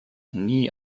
nie